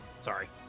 Sorry